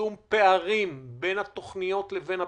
בצמצום פערים בין התוכניות לבין הביצוע,